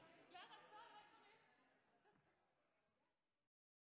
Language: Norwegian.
la meg